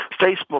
Facebook